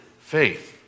faith